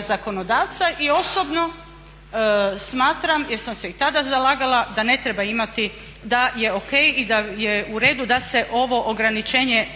zakonodavca i osobno smatram, jer sam se i tada zalagala da ne treba imati, da je ok i da je u redu da se ovo ograničenje